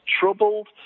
troubled